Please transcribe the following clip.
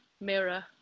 mirror